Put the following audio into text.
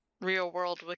real-world